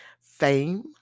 Fame